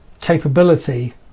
capability